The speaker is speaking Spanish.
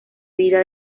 vida